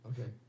Okay